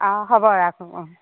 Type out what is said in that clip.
অ হ'ব ৰাখোঁ ওম